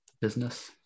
business